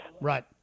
right